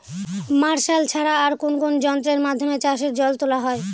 Martial ছাড়া আর কোন কোন যন্ত্রেরর মাধ্যমে চাষের জল তোলা হয়?